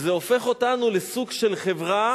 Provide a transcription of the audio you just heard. וזה הופך אותנו לסוג של חברה